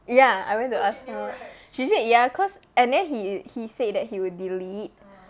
ya I went to ask her she said ya cause and then he he said that he would delete